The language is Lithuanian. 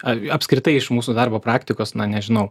ar apskritai iš mūsų darbo praktikos na nežinau